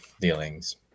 dealings